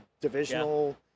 divisional